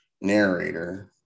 narrator